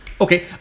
okay